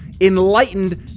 enlightened